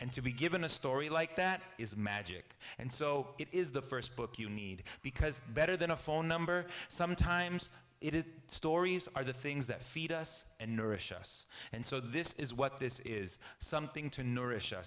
and to be given a story like that is magic and so it is the first book you need because better than a phone number sometimes it is stories are the things that feed us and nourish us and so this is what this is something to nourish u